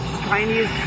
Chinese